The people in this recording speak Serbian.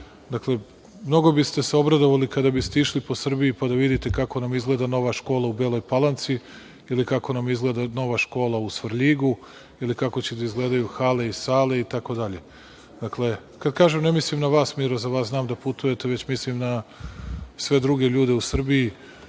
zdravlja. Mnogo biste se obradovali, kada biste išli po Srbiji pa da vidite kako nam izgleda nova škola u Beloj Palanci ili kako nam izgleda nova škola u Svrljigu, ili kako će da izgledaju hale i sale itd. Kada kažem, ne mislim na vas Miro, za vas znam da putujete, već mislim na sve druge ljude u Srbiji,